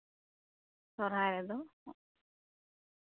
ᱥᱚᱨᱦᱟᱭ ᱨᱮᱫᱚ